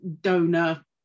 donor